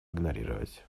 игнорировать